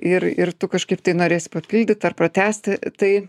ir ir tu kažkaip tai norėsi papildyt ar pratęsti tai